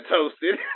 toasted